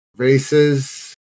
Races